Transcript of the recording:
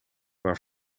maar